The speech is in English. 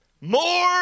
More